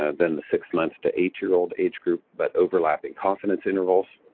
ah then the six months to eight-year-old age group, but overlapping confidence intervals.